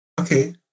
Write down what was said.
Okay